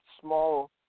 small